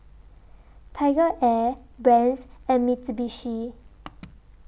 Tiger Air Brand's and Mitsubishi